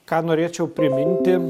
ką norėčiau priminti